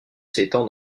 s’étend